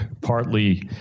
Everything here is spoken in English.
partly